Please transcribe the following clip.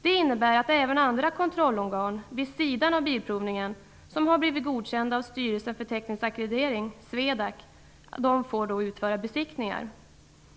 Det innebär att även andra kontrollorgan vid sidan om Bilprovningen, som har blivit godkända av Styrelsen för teknisk ackreditering SWEDAC får utföra besiktningar.